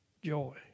Joy